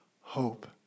Hope